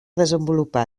desenvolupar